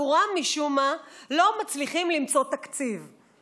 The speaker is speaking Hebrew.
משום מה לא מצליחים למצוא תקציב בעבורם.